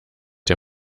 der